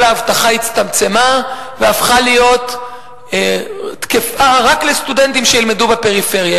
כל ההבטחה הצטמצמה והפכה להיות תקפה רק לסטודנטים שילמדו בפריפריה.